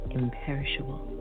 imperishable